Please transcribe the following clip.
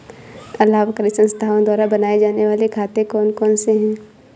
अलाभकारी संस्थाओं द्वारा बनाए जाने वाले खाते कौन कौनसे हैं?